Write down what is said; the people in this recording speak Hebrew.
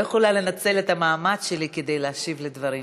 לא יכולה לנצל את המעמד שלי כדי להשיב על הדברים,